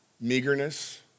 meagerness